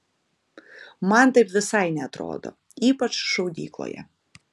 man taip visai neatrodo ypač šaudykloje